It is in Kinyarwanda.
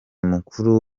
mukuru